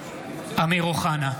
(קורא בשמות חברי הכנסת) אמיר אוחנה,